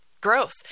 gross